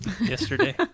yesterday